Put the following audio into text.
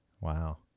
Wow